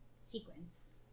sequence